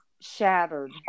shattered